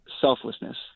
selflessness